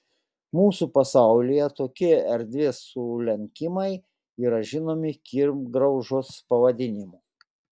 mūsų pasaulyje tokie erdvės sulenkimai yra žinomi kirmgraužos pavadinimu